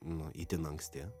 nu itin anksti